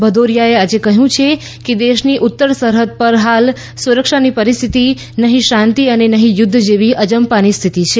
ભદૌરીયાએ આજે કહ્યું છે કે દેશની ઉત્તર સરહદ પર હાલ સુરક્ષાની પરિસ્થિતિ નહી શાંતિ અને નહીં યુદ્ધ જેવી અજંપાની સ્થિતિ છે